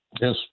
yes